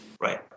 Right